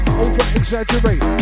over-exaggerate